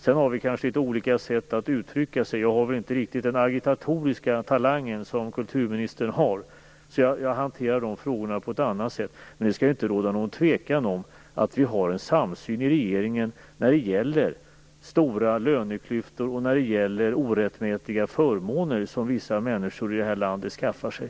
Sedan har vi kanske litet olika sätt att uttrycka oss. Jag har väl inte riktigt den agitatoriska talangen som kulturministern har, så jag hanterar dessa frågor på ett annat sätt. Men det skall inte råda någon tvekan om att vi har en samsyn i regeringen när det gäller stora löneklyftor och när det gäller orättmätiga förmåner, som vissa människor i det här landet skaffar sig.